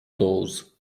those